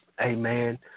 Amen